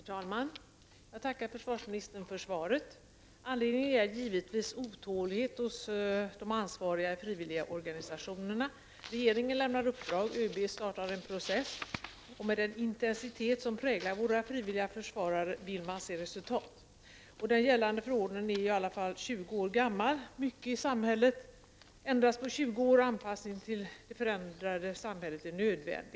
Herr talman! Jag tackar försvarsministern för svaret. Anledningen till min fråga är givetvis otåligheten hos de ansvariga i frivilligorganisationerna. Regeringen lämnade uppdrag, och ÖB startade en process. Den intensitet som präglar våra frivilliga försvarare gör att de också vill se resultat. Den gällande förordningen är i alla fall 20 år gammal. Mycket i samhället ändras på 20 år, och en anpassning till det förändrade samhället är nödvändig.